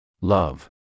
Love